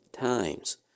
times